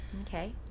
Okay